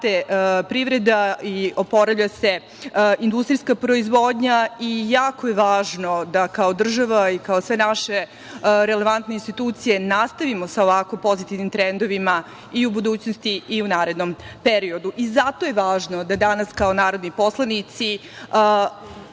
privreda i oporavlja se industrijska proizvodnja i jako je važno da kao država i kao sve naše relevantne institucije nastavimo sa ovako pozitivnim trendovima i u budućnosti i u narednom periodu. Zato je važno da danas kao narodni poslanici